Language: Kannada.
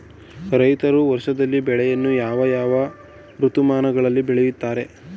ರೈತರು ವರ್ಷದಲ್ಲಿ ಬೆಳೆಯನ್ನು ಯಾವ ಯಾವ ಋತುಮಾನಗಳಲ್ಲಿ ಬೆಳೆಯುತ್ತಾರೆ?